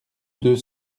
deux